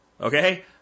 Okay